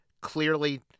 clearly